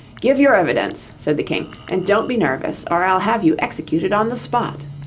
give your evidence said the king and don't be nervous, or i'll have you executed on the spot